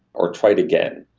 or tried again